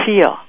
feel